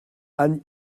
anne